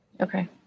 Okay